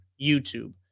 YouTube